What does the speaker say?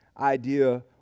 idea